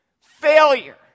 failure